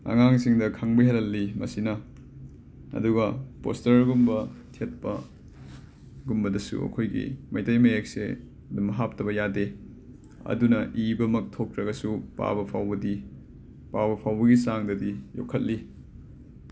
ꯑꯉꯥꯡꯁꯤꯡꯗ ꯈꯪꯕ ꯍꯦꯜꯍꯜꯂꯤ ꯃꯁꯤꯅ ꯑꯗꯨꯒ ꯄꯣꯁꯇꯔꯒꯨꯝꯕ ꯊꯦꯠꯄꯒꯨꯝꯕꯗꯁꯨ ꯑꯩꯈꯣꯏꯒꯤ ꯃꯩꯇꯩ ꯃꯌꯦꯛꯁꯦ ꯑꯗꯨꯝ ꯍꯥꯞꯇꯕ ꯌꯥꯗꯦ ꯑꯗꯨꯅ ꯏꯕꯃꯛ ꯊꯣꯛꯇ꯭ꯔꯒꯁꯨ ꯄꯥꯕ ꯐꯥꯎꯕꯗꯤ ꯄꯥꯕ ꯐꯥꯎꯕꯒꯤ ꯆꯥꯡꯗꯗꯤ ꯌꯣꯛꯈꯠꯂꯤ